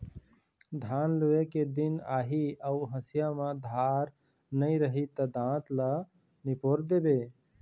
धान लूए के दिन आही अउ हँसिया म धार नइ रही त दाँत ल निपोर देबे